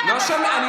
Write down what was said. נגד.